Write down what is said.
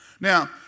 Now